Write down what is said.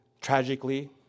tragically